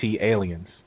Aliens